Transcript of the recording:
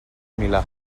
milà